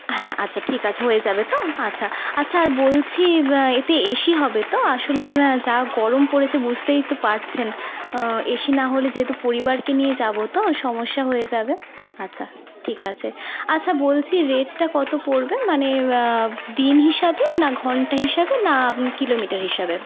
হ্যাঁ আচ্ছা ঠিক আছে হয়ে যাবে তো আচ্ছা আছা আর বলছি এতে এসি হবে তো আসলে যা গরম পড়েছে বুঝতেই তো পারছেন এসি না হলে যেহেতু পরিবারকে নিয়ে যাবো তো সমস্যা হয়ে যাবে আচ্ছা ঠিক আছে আচ্ছা বলছি রেটটা কত পড়বে মানে দিন হিসাবে না ঘন্টা হিসাবে না কিলোমিটার হিসাবে